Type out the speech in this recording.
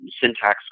syntax